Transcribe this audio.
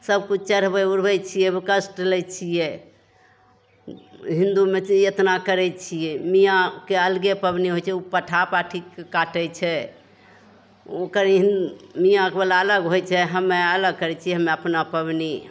सब किछु चढ़बै उढ़बै छियै ओहिमे कष्ट लै छियै हिन्दूमे छियै एतना करै छियै मियाँके अलगे पाबनि होइ छै तऽ पाठा पाठीके काटै छै ओकर हि मियाँबला अलग होइ छै हमे अलग करै छियै हमरा अपना पाबनि